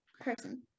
person